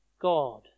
God